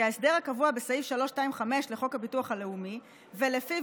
כי ההסדר הקבוע בסעיף 325 לחוק הביטוח הלאומי ולפיו